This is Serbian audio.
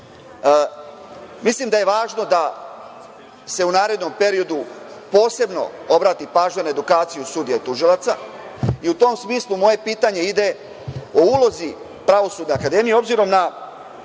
da je važno da se u narednom periodu posebno obrati pažnja na edukaciju sudija tužilaca i u tom smislu moje pitanje ide o ulozi Pravosudne akademije obzirom da